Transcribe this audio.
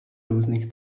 různých